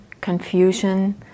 confusion